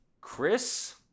Chris